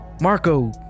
Marco